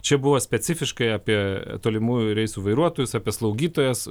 čia buvo specifiškai apie tolimųjų reisų vairuotojus apie slaugytojas